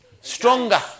stronger